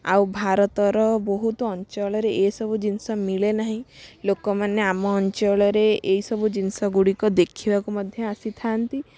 ଆଉ ଭାରତର ବହୁ ଅଞ୍ଚଳରେ ଏସବୁ ଜିନିଷ ମିଳେ ନାହିଁ ଲୋକମାନେ ଆମ ଅଞ୍ଚଳରେ ଏଇସବୁ ଜିନିଷ ଗୁଡ଼ିକ ଦେଖିବାକୁ ମଧ୍ୟ ଆସିଥାନ୍ତି